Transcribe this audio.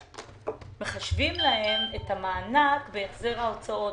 ב-2019 מחשבים להן את המענק בהחזר ההוצאות,